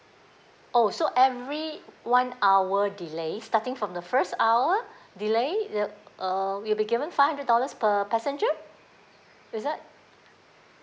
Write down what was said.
oh so every one hour delay starting from the first hour delay the uh we'll be given five hundred dollars per passenger is it